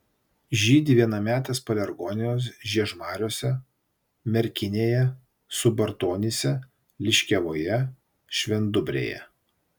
žydi vienametės pelargonijos žiemiuose merkinėje subartonyse liškiavoje švendubrėje